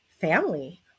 family